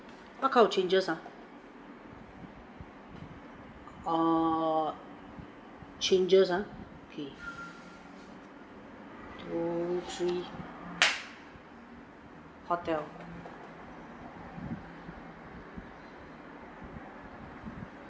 what kind of changes ah err changes ah okay two three hotel